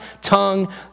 tongue